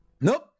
Nope